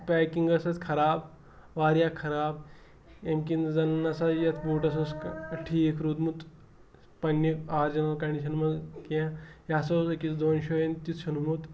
packing ٲس اَتھ خراب واریاہ خراب ییٚمہِ کِنۍ زَن نَہ سا یَتھ بوٗٹَس اوس ٹھیٖک روٗدمُت پَننہِ آرجِنَل کَنڈِشَن منٛز کیٚنٛہہ یہِ ہَسا اوس أکِس دۄن شٲیَن تہِ ژھیٛونمُت